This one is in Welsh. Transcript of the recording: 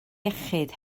iechyd